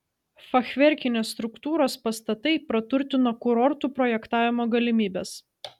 fachverkinės struktūros pastatai praturtino kurortų projektavimo galimybes